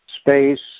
space